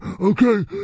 Okay